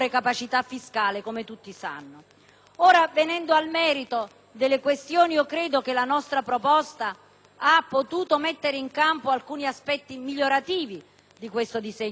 Venendo al merito delle questioni, credo che la nostra proposta abbia potuto mettere in campo alcuni aspetti migliorativi del disegno di legge in esame e sicuramente ritengo